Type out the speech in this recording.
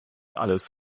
alles